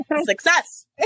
Success